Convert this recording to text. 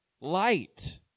light